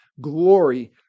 glory